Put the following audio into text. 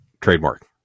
trademark